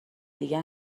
دیگه